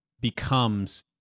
becomes